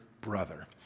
brother